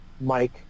Mike